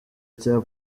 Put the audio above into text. cya